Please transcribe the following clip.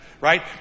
right